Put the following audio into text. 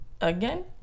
again